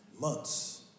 months